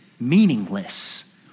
Meaningless